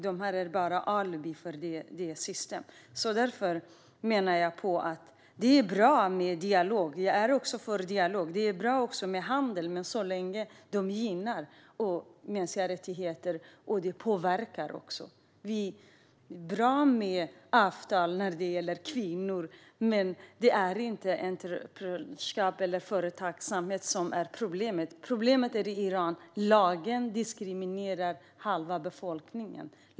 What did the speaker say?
De är bara ett alibi för systemet. Det är bra med dialog. Det är bra också med handel så länge det gynnar mänskliga rättigheter och påverkar. Det är bra med avtal när det gäller kvinnor, men det är inte entreprenörskap eller företagsamhet som är problemet. Problemet i Iran är att lagarna diskriminerar halva befolkningen.